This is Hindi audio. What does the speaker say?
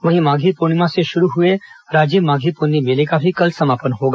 वहीं माधी पूर्णिमा से शुरू हुए राजिम माधी पुन्नी मेले का भी कल समापन होगा